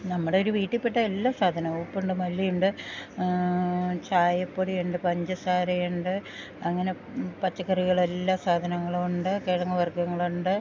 നമ്മുടെ ഒരു വീട്ടിൽ പെട്ട എല്ലാ സാധനവും ഉപ്പ് ഉണ്ട് മല്ലി ഉണ്ട് ചായപ്പൊടി ഉണ്ട് പഞ്ചസാരയ്ണ്ട് അങ്ങനെ പച്ചക്കറികളെല്ലാ സാധനങ്ങളുവുണ്ട് കിഴങ്ങ് വർഗങ്ങളുണ്ട്